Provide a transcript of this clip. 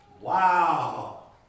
wow